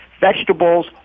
vegetables